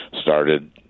started